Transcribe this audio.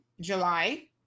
July